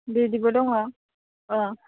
बिदिबो दङ औ